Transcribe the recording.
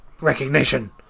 recognition